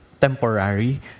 temporary